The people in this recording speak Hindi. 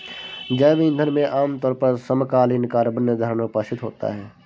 जैव ईंधन में आमतौर पर समकालीन कार्बन निर्धारण उपस्थित होता है